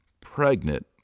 pregnant